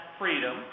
freedom